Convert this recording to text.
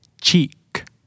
Cheek